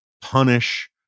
punish